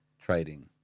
Trading